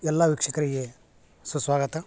ಎಲ್ಲಾ ವೀಕ್ಷಕರಿಗೆ ಸುಸ್ವಾಗತ